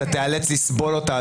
אתה תיאלץ לסבול אותה,